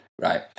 right